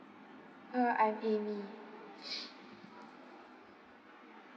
uh I'm amy